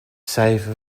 cijfer